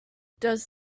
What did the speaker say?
does